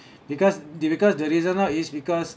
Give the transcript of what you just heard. because the because the reason now is because